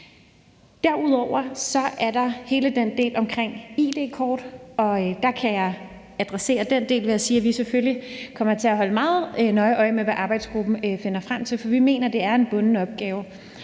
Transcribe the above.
Derudover er der hele den del omkring id-kort. Der kan jeg adressere den del ved at sige, at vi selvfølgelig kommer til at holde meget nøje øje med, hvad arbejdsgruppen finder frem til, for vi mener, det er en bunden opgave,